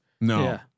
no